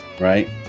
right